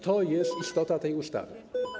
To jest istota tej ustawy.